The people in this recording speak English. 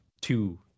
two